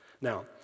Now